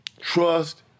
Trust